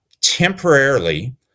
temporarily